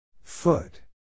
Foot